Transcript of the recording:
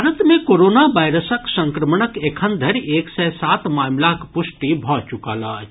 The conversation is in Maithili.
भारत मे कोरोना वायरसक संक्रमणक एखनधरि एक सय सात मामिलाक प्रष्टि भऽ चुकल अछि